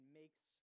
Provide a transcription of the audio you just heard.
makes